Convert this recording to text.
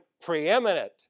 preeminent